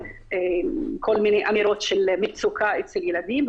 יש כל מיני אמירות של מצוקה אצל ילדים,